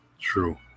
True